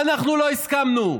ואנחנו לא הסכמנו.